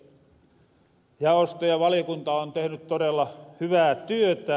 jaosto ja valiokunta on tehnyt todella hyvää työtä